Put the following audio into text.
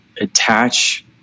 attach